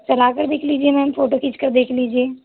चला कर देख लीजिए मैम फोटो खींच कर देख लीजिए